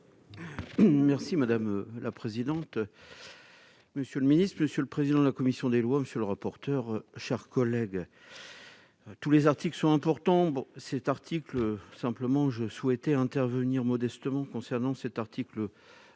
Merci madame la présidente, monsieur le Ministre, monsieur le président de la commission des lois, monsieur le rapporteur, chers collègues, tous les articles sont importants, cet article, simplement je souhaitais intervenir modestement concernant cet article 2